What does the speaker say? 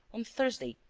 on thursday,